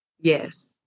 yes